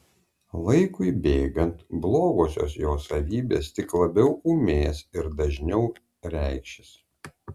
laikui bėgant blogosios jo savybės tik labiau ūmės ir dažniau reikšis